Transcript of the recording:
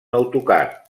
autocar